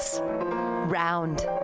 Round